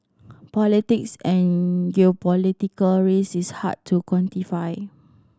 politics and geopolitical risk is hard to quantify